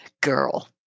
girl